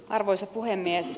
arvoisa puhemies